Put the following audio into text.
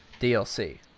DLC